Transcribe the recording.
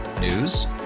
News